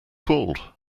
called